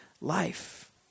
life